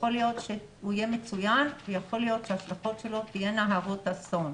יכול להיות שהוא יהיה מצוין ויכול להיות שההשלכות שלו תהיינה הרות אסון.